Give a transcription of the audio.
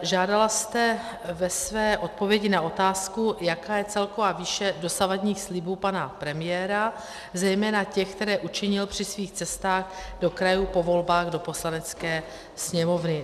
Žádala jste ve své interpelaci odpověď na otázku, jaká je celková výše dosavadních slibů pana premiéra, zejména těch, které učinil při svých cestách do krajů po volbách do Poslanecké sněmovny.